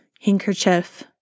handkerchief